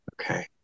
Okay